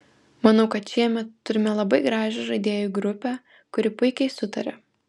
manau kad šiemet turime labai gražią žaidėjų grupę kuri puikiai sutaria